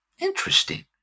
interesting